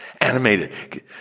animated